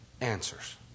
answers